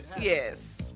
Yes